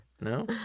no